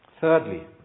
Thirdly